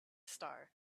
star